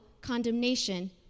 condemnation